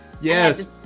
yes